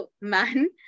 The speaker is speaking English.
man